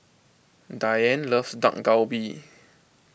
Diann loves Dak Galbi